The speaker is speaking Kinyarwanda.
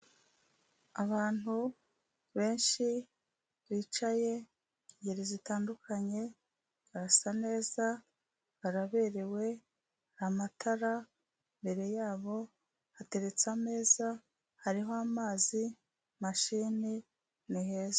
abantu benshi bicaye Ingeri zitandukanye, barasa neza baraberewe, amatara imbere yabo hateretse ameza, hariho amazi mashini ni heza.